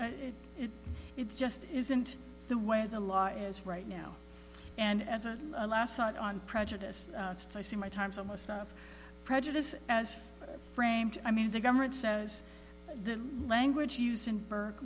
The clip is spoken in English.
ut it just isn't the way the law is right now and as a last not on prejudice i see my time's almost up prejudice as framed i mean the government says the language used in burke